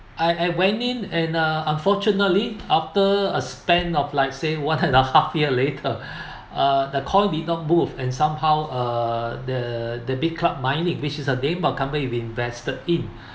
I I went in and uh unfortunately after a span of like say one and a half year later uh the coin did not move and somehow uh the the big club mining which is a game about company we invested in